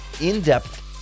in-depth